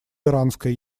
иранская